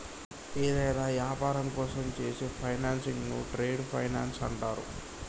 యేదైనా యాపారం కోసం చేసే ఫైనాన్సింగ్ను ట్రేడ్ ఫైనాన్స్ అంటరు